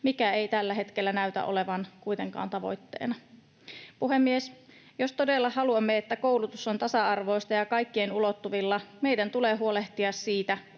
mikä ei tällä hetkellä näytä olevan kuitenkaan tavoitteena. Puhemies! Jos todella haluamme, että koulutus on tasa-arvoista ja kaikkien ulottuvilla, meidän tulee huolehtia siitä,